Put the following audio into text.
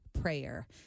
prayer